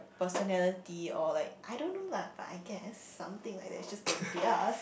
personality or like I don't know lah but I guess something like that it's just that theirs